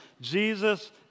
Jesus